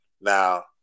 now